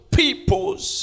peoples